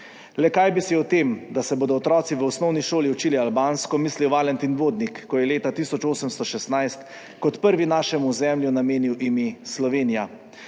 Le kaj bi si o tem, da se bodo otroci v osnovni šoli učili albansko, mislil Valentin Vodnik, ko je leta 1816 kot prvi našemu ozemlju namenil ime Slovenija?